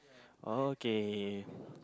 oh okay